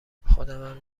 خودمم